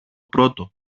πρώτο